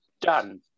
Done